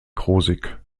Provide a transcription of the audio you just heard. krosigk